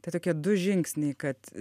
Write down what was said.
tie tokie du žingsniai kad